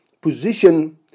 position